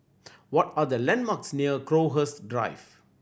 what are the landmarks near Crowhurst Drive